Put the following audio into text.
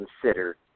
consider